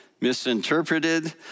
misinterpreted